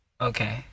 okay